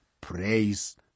Praise